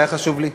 היה חשוב לי,